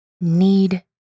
need